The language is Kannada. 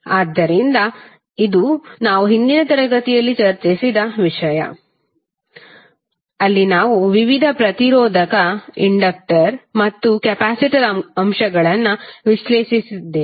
vkt1Ckt0tidtvk ಇದು ನಾವು ಹಿಂದಿನ ತರಗತಿಯಲ್ಲಿ ಚರ್ಚಿಸಿದ ವಿಷಯ ಅಲ್ಲಿ ನಾವು ವಿವಿಧ ಪ್ರತಿರೋಧಕ ಇಂಡಕ್ಟರ್ ಮತ್ತು ಕೆಪಾಸಿಟರ್ ಅಂಶಗಳನ್ನು ವಿಶ್ಲೇಷಿಸಿದ್ದೇವೆ